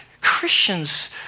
Christians